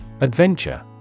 Adventure